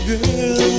Girl